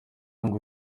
ngo